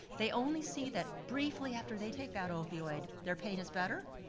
they only see that briefly after they take that opioid, their pain is better,